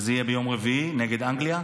שיהיה ביום רביעי נגד אנגליה.